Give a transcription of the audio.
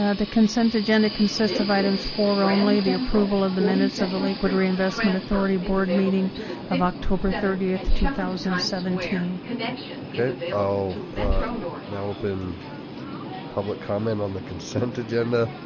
ah the consent agenda consists of items for only the approval of the minutes of the lakewood reinvestment authority board meeting of october thirtieth two thousand and seventeen okay, i'll now open public comment on the consent agenda.